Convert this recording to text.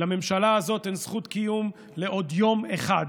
לממשלה הזאת אין זכות קיום לעוד יום אחד,